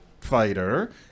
fighter